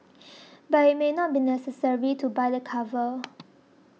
but it may not be necessary to buy the cover